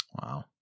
Wow